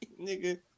Nigga